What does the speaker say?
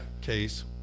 case